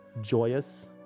joyous